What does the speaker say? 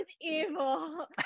evil